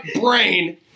brain